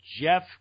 Jeff